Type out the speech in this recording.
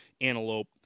antelope